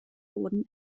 boden